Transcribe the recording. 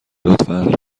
لطفا